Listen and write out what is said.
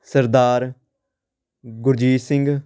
Sardar Gurjit Singh